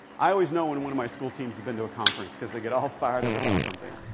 i always know when one of my school teams have been to a conference. because they get all fired up about something.